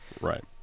Right